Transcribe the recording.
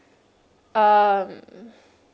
um